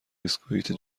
بسکویت